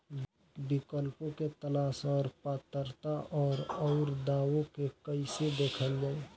विकल्पों के तलाश और पात्रता और अउरदावों के कइसे देखल जाइ?